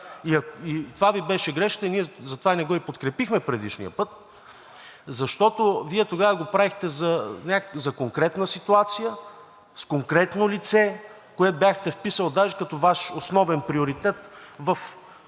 Това Ви беше грешката, затова и ние не го подкрепихме предишния път, защото тогава го правихте за конкретна ситуация, с конкретно лице. Бяхте го вписали даже като основен приоритет в